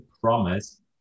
promise